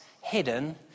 hidden